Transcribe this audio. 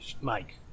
mike